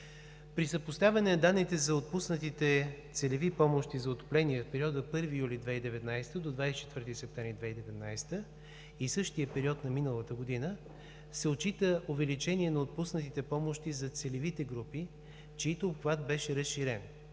При съпоставяне на данните за отпуснатите целеви помощи за отопление в периода 1 юли 2019 г. до 24 септември 2019 г. и същия период на миналата година се отчита увеличение на отпуснатите помощи за целевите групи, чийто обхват беше разширен,